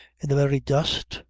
in the very dust?